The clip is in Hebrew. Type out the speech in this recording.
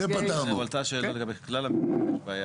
עלתה שאלה לגבי כלל המינויים.